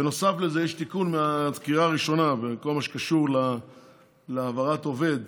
נוסף לזה יש תיקון מהקריאה הראשונה בכל מה שקשור להעברת עובד